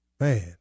man